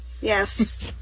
Yes